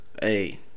Hey